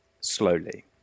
slowly